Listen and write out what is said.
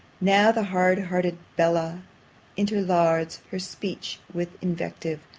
now the hard-hearted bella interlards her speech with invective!